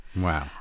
Wow